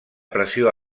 pressió